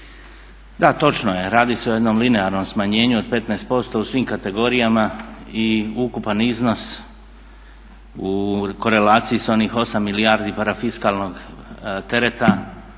Da, točno je radi se o jednom linearnom smanjenju od 15% u svim kategorijama i ukupan iznos u korelaciji s onih 8 milijardi parafiskalnog tereta